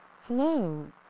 hello